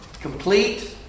complete